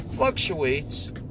fluctuates